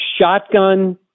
shotgun